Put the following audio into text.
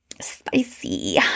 spicy